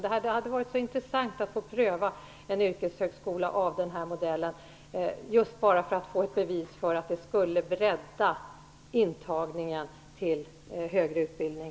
Det hade varit så intressant att få pröva en yrkeshögskola av den här modellen, just för att få ett bevis för att det skulle bredda intagningen till högre utbildning.